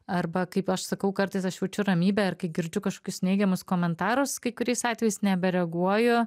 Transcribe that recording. arba kaip aš sakau kartais aš jaučiu ramybę ir kai girdžiu kažkokius neigiamus komentarus kai kuriais atvejais nebereaguoju